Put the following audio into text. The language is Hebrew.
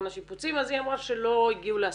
השיפוצים אז היא אמרה שלא הגיעו להסכמות.